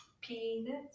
Peanuts